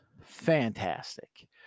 fantastic